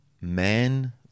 men